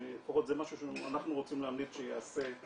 לפחות זה משהו שאנחנו רוצים להמליץ שייעשה.